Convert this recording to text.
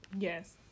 Yes